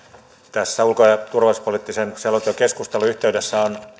tässä ulko ja turvallisuuspoliittisen selonteon keskustelun yhteydessä on